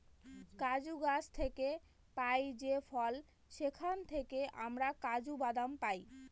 কাজু গাছ থেকে পাই যে ফল সেখান থেকে আমরা কাজু বাদাম পাই